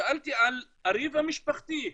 שאלתי על הריב המשפחתי,